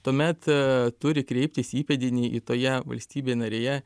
tuomet turi kreiptis įpėdiniai į toje valstybėje narėje